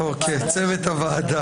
כץ,